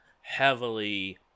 heavily